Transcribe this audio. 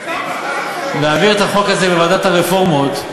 לוועדת הרפורמות,